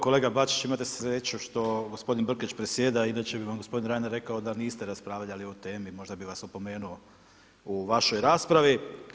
Kolega Bačić imate sreću što gospodin Brkić presjeda, inače bi vam gospodin Reiner rekao da niste raspravljali o temi, možda bi vas opomenuo u vašoj raspravi.